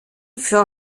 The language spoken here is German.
für